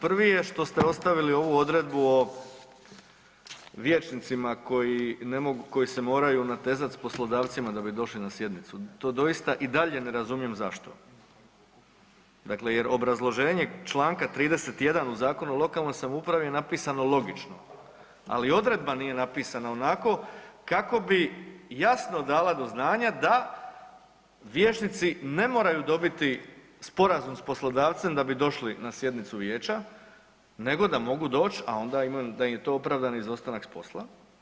Prvi je što ste ostavili ovu odredbu o vijećnicima koji se moraju natezati s poslodavcima da bi došli na sjednicu, to doista i dalje ne razumijem zašto jer obrazloženje čl. 31. u Zakonu o lokalnoj samoupravi je napisan logično, ali odredba nije napisana onako kako bi jasno dala do znanja da vijećnici ne moraju dobiti sporazum s poslodavcem da bi došli na sjednicu vijeća nego da mogu doć, a onda da im je to opravdani izostanak s posla.